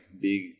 big